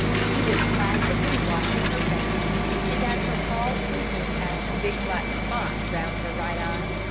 she was placidly washing her face and as her paw twinkled past the big black spot round her right eye,